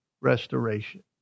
Restoration